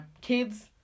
kids